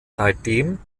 seitdem